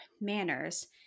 manners